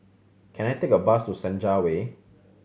can I take a bus to Senja Way